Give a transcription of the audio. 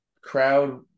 Crowd